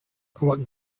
what